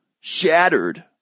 shattered